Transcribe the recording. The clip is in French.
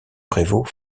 prévaut